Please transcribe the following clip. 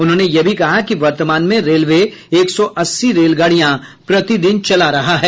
उन्होंने यह भी कहा कि वर्तमान में रेलवे एक सौ अस्सी रेलगाड़ियां प्रतिदिन चला रहा है